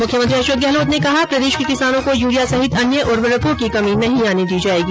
मुख्यमंत्री अशोक गहलोत ने कहा प्रदेश के किसानों को यूरिया सहित अन्य उर्वरकों की कमी नहीं आने दी जायेगी